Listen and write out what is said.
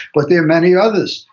but there are many others,